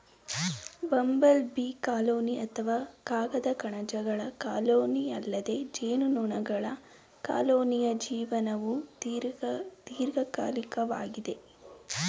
bumble bee colony ಅಥವಾ ಕಾಗದ ಕಣಜಗಳ ಕಾಲೋನಿಯಲ್ಲದೆ ಜೇನುನೊಣಗಳ ಕಾಲೋನಿಯ ಜೀವನವು ದೀರ್ಘಕಾಲಿಕವಾಗಿದೆ